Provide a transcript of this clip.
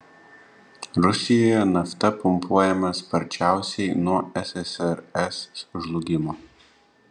rusijoje nafta pumpuojama sparčiausiai nuo ssrs žlugimo